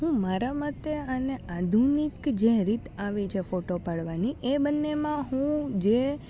હું મારા મતે અને આધુનિક જે રીત આવી છે ફોટો પાડવાની એ બન્નેમાં હું જે